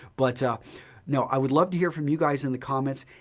but you know i would love to hear from you guys in the comments.